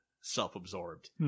self-absorbed